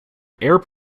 air